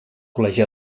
col·legi